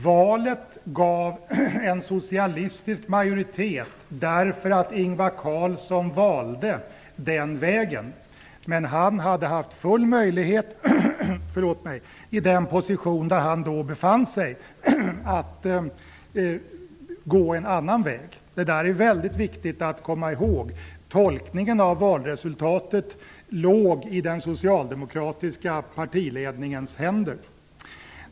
Valet gav en socialistisk majoritet därför att Ingvar Carlsson valde den vägen. Men han hade haft full möjlighet i den position han då befann sig att gå en annan väg. Det är väldigt viktigt att komma ihåg. Tolkningen av valresultatet låg i den socialdemokratiska partiledningens händer.